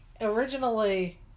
originally